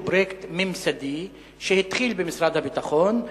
שהוא פרויקט ממסדי שהתחיל במשרד הביטחון,